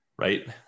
right